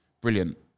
brilliant